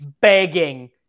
begging